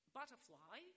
butterfly